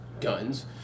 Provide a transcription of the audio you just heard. guns